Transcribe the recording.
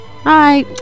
Hi